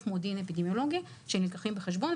מודיעין אפידמיולוגי שנלקחים בחשבון,